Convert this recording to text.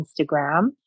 Instagram